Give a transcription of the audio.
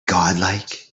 godlike